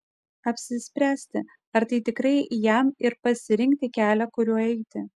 apsispręsti ar tai tikrai jam ir pasirinkti kelią kuriuo eiti